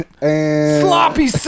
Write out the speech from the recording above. Sloppy